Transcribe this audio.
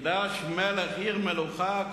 מקדש מלך עיר מלוכה,